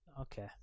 Okay